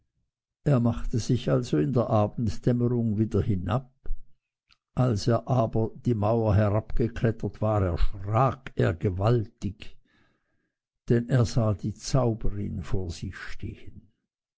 er machte sich also in der abenddämmerung wieder hinab als er aber die mauer herabgeklettert war erschrak er gewaltig denn er sah die zauberin vor sich stehen